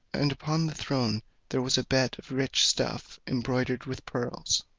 and upon the throne there was a bed of rich stuff embroidered with pearls.